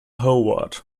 howard